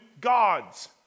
God's